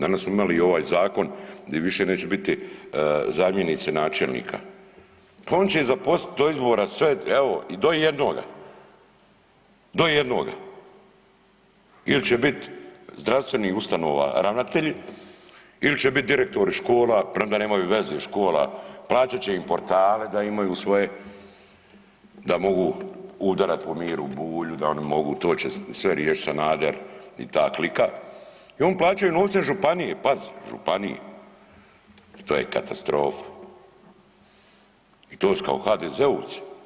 Danas smo imali i ovaj zakon gdje više neće biti zamjenici načelnika, pa on će ih zaposliti do izbora sve, evo do jednoga, do jednoga ili će biti zdravstveni ustanova ravnatelji ili će biti direktora škola premda nemaju veze škola, plaćat će im portale da imaju svoje, da mogu udarat po Miru Bulju, da oni mogu to će sve riješit Sanader i ta klika i oni plaćaju novcem županije, pazi županije i to je katastrofa i to su kao HDZ-ovci.